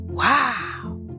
Wow